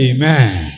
Amen